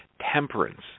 Temperance